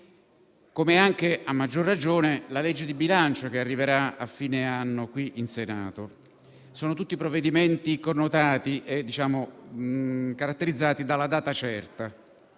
ragione, la legge di bilancio, che arriverà a fine anno in Senato. Sono tutti provvedimenti connotati e caratterizzati dalla data certa.